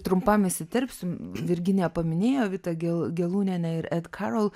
trumpam įsiterpsiu virginija paminėjo vitą ge gelūnienę ir ed karol